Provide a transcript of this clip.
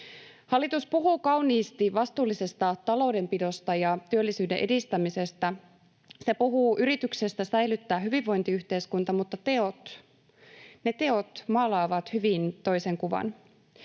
Hallitus puhuu kauniisti vastuullisesta taloudenpidosta ja työllisyyden edistämisestä, se puhuu yrityksestä säilyttää hyvinvointiyhteiskunta, mutta teot maalaavat hyvin toisenlaisen